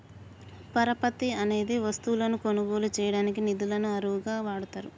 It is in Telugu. పరపతి అనేది వస్తువులను కొనుగోలు చేయడానికి నిధులను అరువుగా వాడతారు